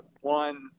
one